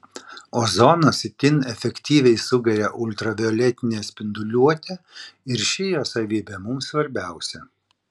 ozonas itin efektyviai sugeria ultravioletinę spinduliuotę ir ši jo savybė mums svarbiausia